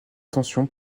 détention